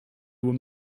were